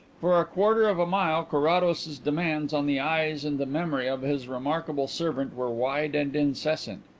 for a quarter of a mile carrados's demands on the eyes and the memory of his remarkable servant were wide and incessant.